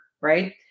right